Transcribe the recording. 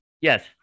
yes